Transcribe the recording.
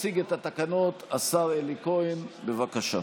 יציג את התקנות השר אלי כהן, בבקשה.